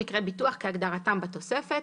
"מקרה הביטוח" כהגדרתם בתוספת,